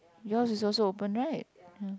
yours is also open right